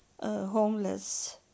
homeless